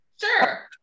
Sure